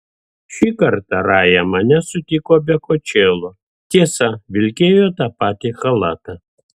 šį kartą raja mane sutiko be kočėlo tiesa vilkėjo tą patį chalatą